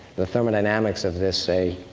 the thermodynamics of this say,